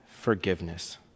forgiveness